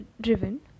driven